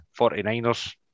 49ers